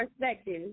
perspective